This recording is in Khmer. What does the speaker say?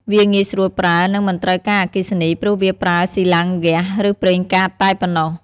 វាងាយស្រួលប្រើ និងមិនត្រូវការអគ្គិសនី ព្រោះវាប្រើស៊ីឡាំងហ្គាស ឬប្រេងកាតតែប៉ុណ្ណោះ។